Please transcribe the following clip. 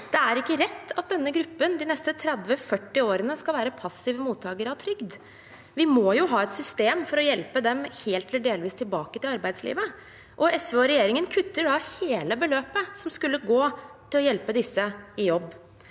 Det er ikke rett at denne gruppen de neste 30–40 årene skal være passive mottakere av trygd. Vi må jo ha et system for å hjelpe dem helt eller delvis tilbake til arbeidslivet. SV og regjeringen kutter hele beløpet som skulle gå til å hjelpe disse i jobb.